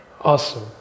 Awesome